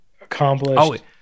accomplished